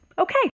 Okay